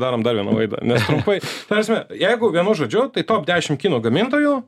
darom dar vieną laidą nes trumpai ta prasme jeigu vienu žodžiu tai top dešim kinų gamintojų